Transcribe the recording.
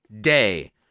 day